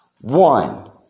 one